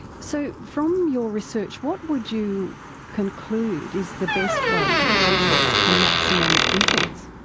so from your research, what would you conclude is the best way to protest from maximum influence?